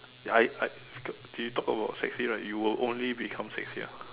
I I you talk about sexy right you will only become sexier